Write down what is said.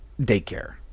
daycare